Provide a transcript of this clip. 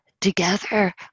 Together